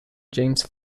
james